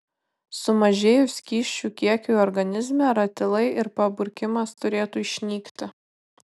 sumažėjus skysčių kiekiui organizme ratilai ir paburkimas turėtų išnykti